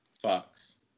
Fox